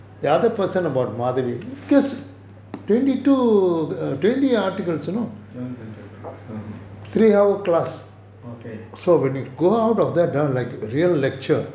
okay